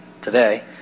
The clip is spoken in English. today